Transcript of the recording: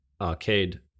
arcade